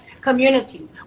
community